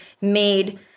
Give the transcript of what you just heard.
made